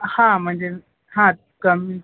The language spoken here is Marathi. हां म्हणजे हां कम